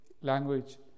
Language